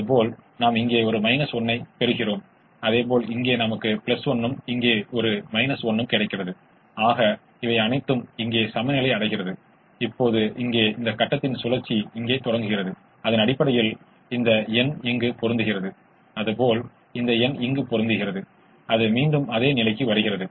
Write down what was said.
எனவே நாம் அதை இங்கே சேர்க்கவில்லை இப்போது நாம் சில பெரிய மதிப்புகளை முயற்சிக்கிறோம் Y1 10 Y2 10 என்று சொல்லலாம்